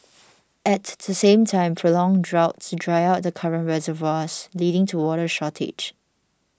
at the same time prolonged droughts dry out the current reservoirs leading to water shortage